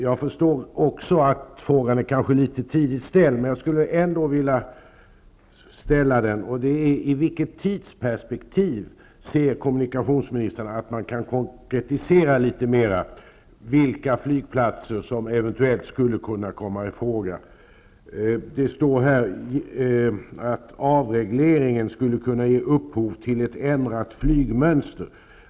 Jag förstår att frågan är litet tidigt väckt, men jag skulle ändå vilja ställa den: I vilket tidsperspektiv ser kommunikationsministern att man litet mer kan konkretisera vilka flygplatser som eventuellt skulle kunna komma i fråga? Det sägs i svaret att avregleringen skulle kunna ge upphov till ett ändrat flygmönster.